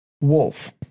Wolf